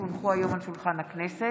כי הונחו היום על שולחן הכנסת,